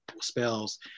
spells